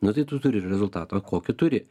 nu tai tu turi rezultatą kokį turi